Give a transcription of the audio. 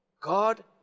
God